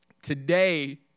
Today